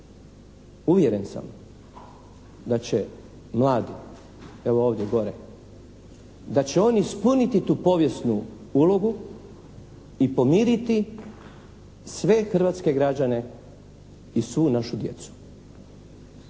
uvjeren sam da će mladi, evo ovdje gore, da će oni ispuniti tu povijesnu ulogu i pomiriti sve hrvatske građane i svu našu djecu.